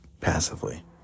passively